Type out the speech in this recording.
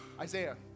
Isaiah